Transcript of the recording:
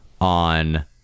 on